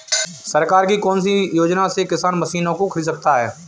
सरकार की कौन सी योजना से किसान मशीनों को खरीद सकता है?